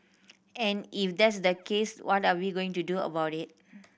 and if that's the case what are we going to do about it